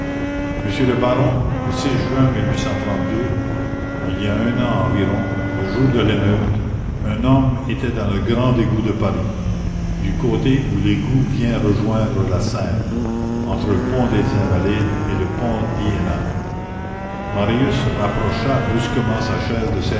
monsieur le baron le juin il y a un an environ le jour de l'émeute un homme était dans le grand égout de paris du côté où l'égout vient rejoindre la seine entre le pont des invalides et le pont d'iéna marius rapprocha brusquement sa chaise de